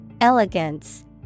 Elegance